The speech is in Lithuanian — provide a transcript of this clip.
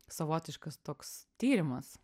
savotiškas toks tyrimas